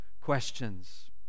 questions